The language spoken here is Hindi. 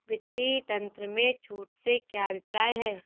वित्तीय तंत्र में छूट से क्या अभिप्राय है?